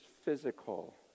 physical